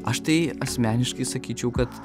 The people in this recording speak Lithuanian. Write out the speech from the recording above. aš tai asmeniškai sakyčiau kad